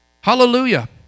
Hallelujah